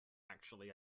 actually